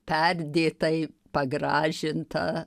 perdėtai pagražinta